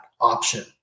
option